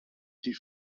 die